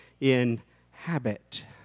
inhabit